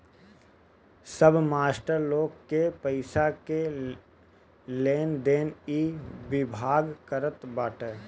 सब मास्टर लोग के पईसा के लेनदेन इ विभाग करत बाटे